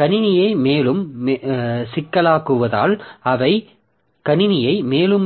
கணினியை மேலும்